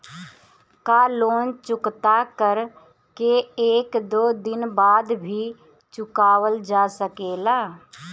का लोन चुकता कर के एक दो दिन बाद भी चुकावल जा सकेला?